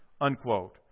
unquote